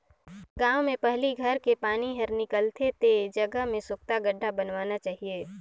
गांव में पहली घर के पानी हर निकल थे ते जगह में सोख्ता गड्ढ़ा बनवाना चाहिए